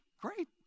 great